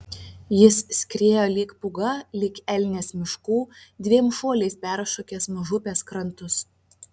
jis skriejo lyg pūga lyg elnias miškų dviem šuoliais peršokęs mažupės krantus